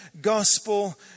gospel